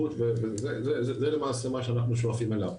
זה למעשה מה שאנחנו שואפים אליו.